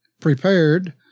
prepared